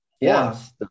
yes